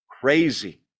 crazy